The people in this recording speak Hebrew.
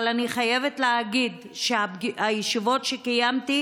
אבל אני חייבת להגיד שהישיבות שקיימתי